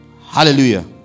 Hallelujah